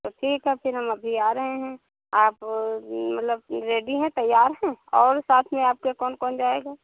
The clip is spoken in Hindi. तो ठीक है फिर हम अभी आ रहे हैं आप मतलब रेडी हैं तैयार हैं और साथ में आपके कौन कौन जाएगा